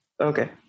okay